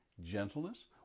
gentleness